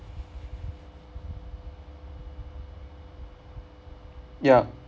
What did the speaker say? ya